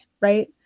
right